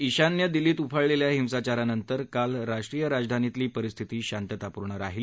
ईशान्य दिल्लीत उफाळलेल्या हिंसाचारानंतर काल राष्ट्रीय राजधानीतली परिस्थिती शांततापूर्ण राहिली